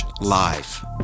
live